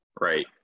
Right